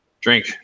Drink